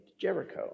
Jericho